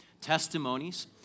testimonies